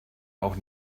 auch